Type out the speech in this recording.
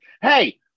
hey